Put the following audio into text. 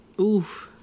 oof